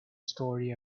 story